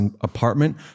apartment